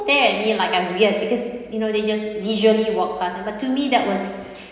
stare at me like I'm weird because you know they just visually walk pass then but to me that was